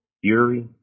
Fury